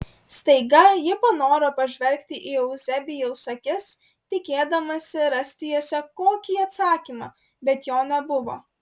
staiga ji panoro pažvelgti į euzebijaus akis tikėdamasi rasti jose kokį atsakymą bet jo nebuvo